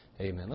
amen